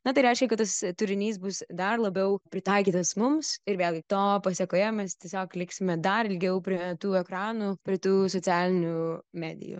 na tai reiškia kad tas turinys bus dar labiau pritaikytas mums ir vėlgi to pasekoje mes tiesiog liksime dar ilgiau prie tų ekranų prie tų socialinių medijų